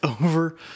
over